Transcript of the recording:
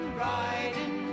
riding